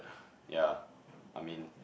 yeah I mean